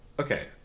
Okay